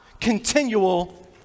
continual